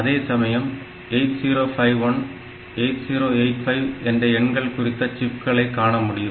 அதேசமயம் 8051 8085 என்ற எண்கள் குறித்த சிப்களை காணமுடியும்